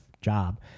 job